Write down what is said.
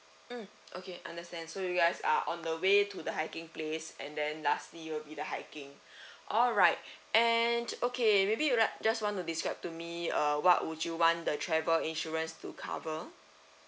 mm okay understand so you guys are on the way to the hiking place and then lastly it'll be the hiking alright and okay maybe just want to describe to me uh what would you want the travel insurance to cover